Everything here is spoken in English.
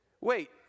wait